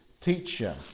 teacher